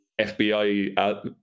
FBI